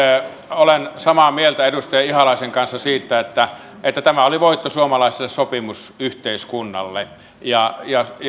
olen samaa mieltä edustaja ihalaisen kanssa siitä että että tämä oli voitto suomalaiselle sopimusyhteiskunnalle tämä